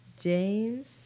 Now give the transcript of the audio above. James